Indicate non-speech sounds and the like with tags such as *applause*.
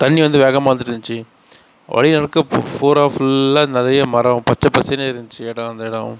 தண்ணி வந்து வேகமாக வந்துட்ருந்துச்சி வழி *unintelligible* புஃப் ஃபூராக ஃபுல்லாக நிறையா மரம் பச்சை பசேல்னு இருந்துச்சி இடம் அந்த இடம்